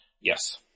Yes